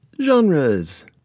genres